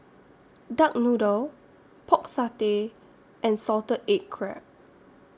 Duck Noodle Pork Satay and Salted Egg Crab